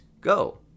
Go